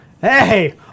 Hey